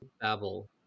Babel